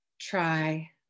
try